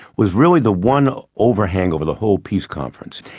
was really the one ah overhang over the whole peace conference.